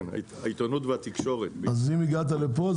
אם הגעת לפה,